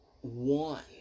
one